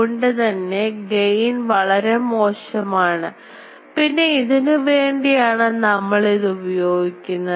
കൊണ്ടുതന്നെ gain വളരെ മോശമാണ് പിന്നെ ഇതിനു വേണ്ടിയാണ് നമ്മൾ ഇത് ഉപയോഗിക്കുന്നത്